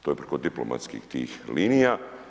To je preko diplomatskih tih linija.